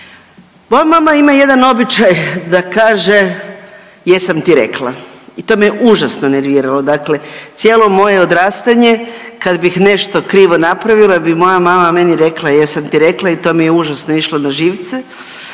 Moja mama ima jedan običaj da kaže „jesam ti rekla“ i to me užasno nerviralo, dakle cijelo moje odrastanje kad bih nešto krivo napravila bi moja mama meni rekla jesam ti rekla i to mi je užasno išlo na živce